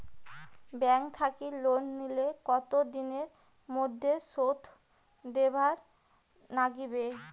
Bank থাকি loan নিলে কতো দিনের মধ্যে শোধ দিবার নাগিবে?